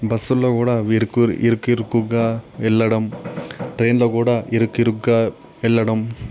బస్సుల్లో కూడా ఇరుకు ఇరుకురుకుగా వెళ్ళడం ట్రైన్లో కూడా ఇరుకు ఇరుకుగా వెళ్ళడం